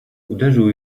uderzył